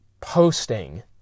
posting